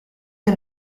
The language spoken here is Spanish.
que